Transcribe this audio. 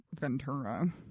Ventura